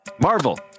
Marvel